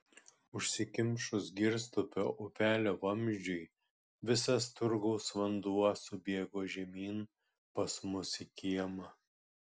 užsikimšus girstupio upelio vamzdžiui visas turgaus vanduo subėgo žemyn pas mus į kiemą